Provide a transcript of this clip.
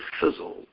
fizzle